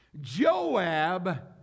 Joab